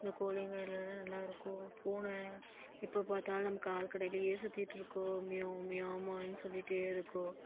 அந்த கோழிங்க எல்லாமே நல்லாயிருக்கும் பூனை எப்போ பார்த்தாலும் நம்ம காலுக்கு அடியிலே சுத்திகிட்டு இருக்கும் மியாவ் மியாவ்ன்னு சொல்லிகிட்டே இருக்கும்